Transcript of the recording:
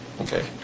Okay